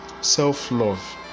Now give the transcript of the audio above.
self-love